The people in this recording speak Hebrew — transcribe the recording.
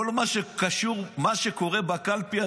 כל מה שקורה בקלפי,